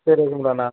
சரி இருங்களேன் நான்